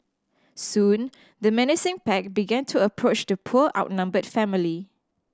soon the menacing pack began to approach the poor outnumbered family